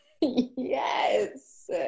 Yes